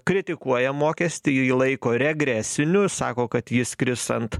kritikuoja mokestį jį laiko regresiniu sako kad jis kris ant